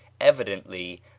evidently